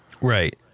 Right